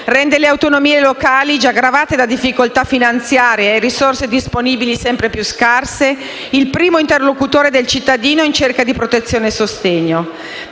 rende le autonomie locali, già gravate da difficoltà finanziarie e risorse disponibili sempre più scarse, il primo interlocutore del cittadino in cerca di protezione e sostegno.